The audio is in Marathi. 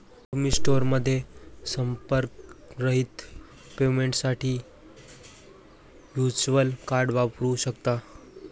तुम्ही स्टोअरमध्ये संपर्करहित पेमेंटसाठी व्हर्च्युअल कार्ड वापरू शकता